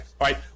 right